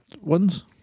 ones